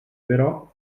però